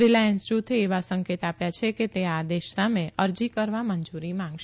Reliance જુથે એવા સંકેત આપ્યા છે કે તે આ આદેશ સામે અરજી કરવા મંજુરી માંગશે